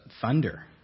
thunder